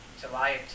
July